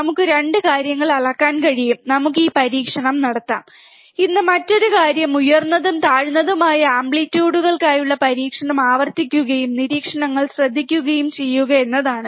നമുക്ക് രണ്ട് കാര്യങ്ങളും അളക്കാൻ കഴിയും നമുക്ക് ഈ പരീക്ഷണം നടത്താം ഇന്ന് മറ്റൊരു കാര്യം ഉയർന്നതും താഴ്ന്നതുമായ ആംപ്ലിറ്റ്യൂഡുകൾക്കായുള്ള പരീക്ഷണം ആവർത്തിക്കുകയും നിരീക്ഷണങ്ങൾ ശ്രദ്ധിക്കുകയും ചെയ്യുക എന്നതാണ്